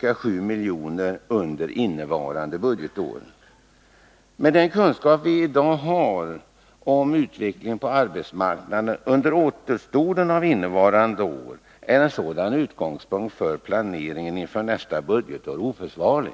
ca 7 miljoner under innevarande budgetår. Med den kunskap vi i dag har om utvecklingen på arbetsmarknaden under återstoden av innevarande år, är en sådan utgångspunkt för planeringen inför nästa budgetår oförsvarlig.